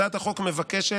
הצעת החוק מבקשת